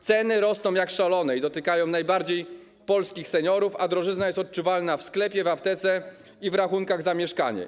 Ceny rosną jak szalone, co najbardziej dotyka polskich seniorów, a drożyzna jest odczuwalna w sklepie, w aptece i w rachunkach za mieszkanie.